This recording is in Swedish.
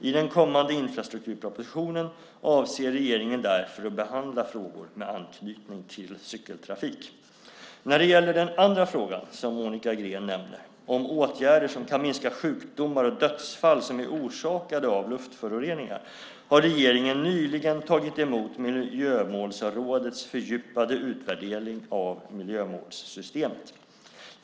I den kommande infrastrukturpropositionen avser regeringen därför att behandla frågor med anknytning till cykeltrafik. När det gäller den andra fråga som Monica Green nämner, om åtgärder som kan minska sjukdomar och dödsfall som är orsakade av luftföroreningar, har regeringen nyligen tagit emot Miljömålsrådets fördjupade utvärdering av miljömålssystemet.